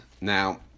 Now